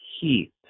heat